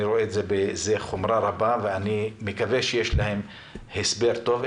אני רואה את זה בחומרה רבה ואני מקווה שיש להם הסבר טוב.